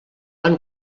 han